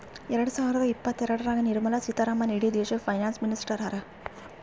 ಎರಡ ಸಾವಿರದ ಇಪ್ಪತ್ತಎರಡನಾಗ್ ನಿರ್ಮಲಾ ಸೀತಾರಾಮನ್ ಇಡೀ ದೇಶಕ್ಕ ಫೈನಾನ್ಸ್ ಮಿನಿಸ್ಟರ್ ಹರಾ